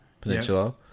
Peninsula